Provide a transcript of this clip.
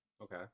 Okay